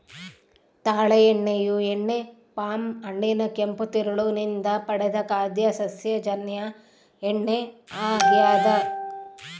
ತಾಳೆ ಎಣ್ಣೆಯು ಎಣ್ಣೆ ಪಾಮ್ ಹಣ್ಣಿನ ಕೆಂಪು ತಿರುಳು ನಿಂದ ಪಡೆದ ಖಾದ್ಯ ಸಸ್ಯಜನ್ಯ ಎಣ್ಣೆ ಆಗ್ಯದ